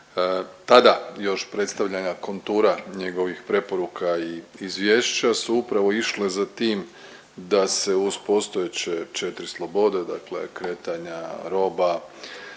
tada još predstavljanja kontura njegovih preporuka i izvješća su upravo išla za tim da se uz postojeće četri slobode dakle kretanja roba,